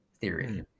theory